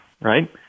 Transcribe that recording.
right